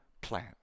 plan